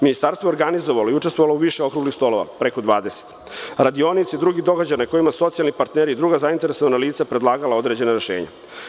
Ministarstvo je organizovalo i učestvovalo u više okruglih stolova, preko 20, radionica i drugih događaja na kojima su socijalni partneri i druga zainteresovana lica predlagala određena rešenja.